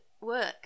work